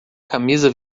camisa